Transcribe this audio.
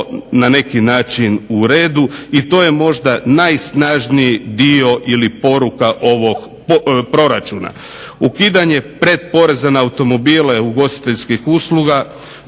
na neki način u redu i to je možda najsnažniji dio ili poruka ovog proračuna. Ukidanje predporeza na automobile, ugostiteljskih usluga